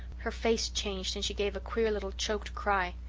her face changed and she gave a queer little choked cry.